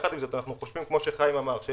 יחד עם זה אנחנו חושבים, שהוא